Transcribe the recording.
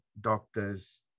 doctors